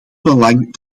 belang